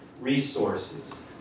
resources